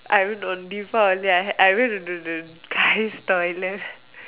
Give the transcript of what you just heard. I went on deepavali I had I went to to the the guys toilet